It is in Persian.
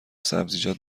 سبزیجات